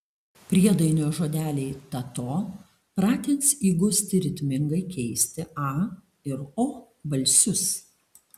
priedainio žodeliai ta to pratins įgusti ritmingai keisti a ir o balsius